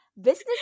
Business